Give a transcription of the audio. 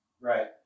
Right